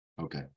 Okay